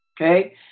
okay